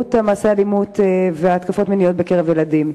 התגברות מעשי האלימות והתקיפות המיניות בקרב ילדים.